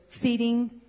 seating